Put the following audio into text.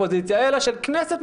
אופוזיציה אלא של כנסת,